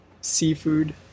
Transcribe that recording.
seafood